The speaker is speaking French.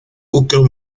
aucun